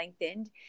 lengthened